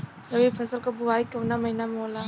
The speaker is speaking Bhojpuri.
रबी फसल क बुवाई कवना महीना में होला?